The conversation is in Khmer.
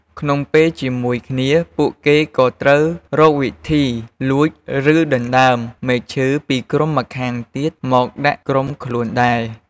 ក្នុងពេលជាមួយគ្នា ពួកគេក៏ត្រូវរកវិធី លួច ឬដណ្ដើម មែកឈើពីក្រុមម្ខាងទៀតមកដាក់ក្រុមខ្លួនដែរ។